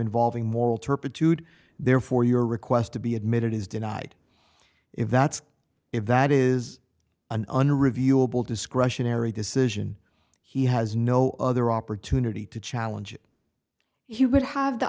involving moral turpitude therefore your request to be admitted is denied if that's if that is an reviewable discretionary decision he has no other opportunity to challenge it he would have the